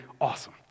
awesome